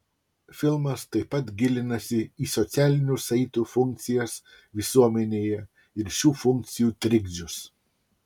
filmas taip pat gilinasi į socialinių saitų funkcijas visuomenėje ir šių funkcijų trikdžius